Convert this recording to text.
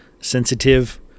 sensitive